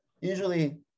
usually